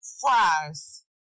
fries